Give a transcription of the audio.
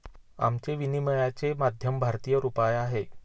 आमचे विनिमयाचे माध्यम भारतीय रुपया आहे